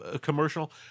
commercial